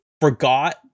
forgot